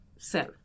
Self